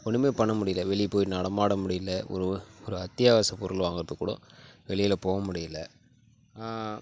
ஒன்றுமே பண்ண முடியல வெளியே போய் நடமாட முடியல ஒரு ஒரு அத்தியாவசியப் பொருள் வாங்கறதுக்குக் கூட வெளியில் போக முடியல